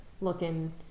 looking